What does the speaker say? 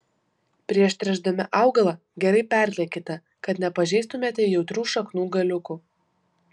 prieš tręšdami augalą gerai perliekite kad nepažeistumėte jautrių šaknų galiukų